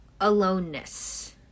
aloneness